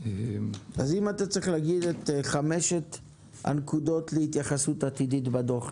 אם אתה צריך להגיד את חמש הנקודות להתייחסות עתידית בדוח,